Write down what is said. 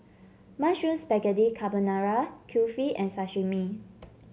Mushroom Spaghetti Carbonara Kulfi and Sashimi